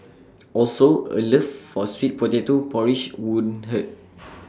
also A love for sweet potato porridge wouldn't hurt